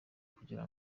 kugira